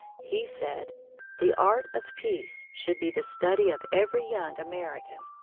he said the art of peace should be the study of every young american!